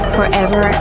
Forever